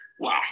Wow